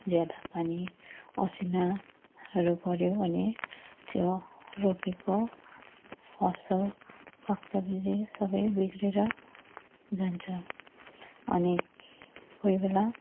ज्यादा पानी असिनाहरू पर्यो भने त्यो रोपेको फसल साग सब्जी सबै बिग्रेर जान्छ अनि कोही बेला